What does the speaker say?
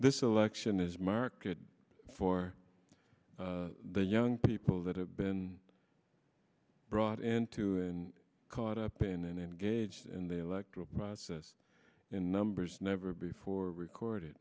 this election is marketed for the young people that have been brought into and caught up in and engaged in the electoral process in numbers never before recorded